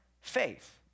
faith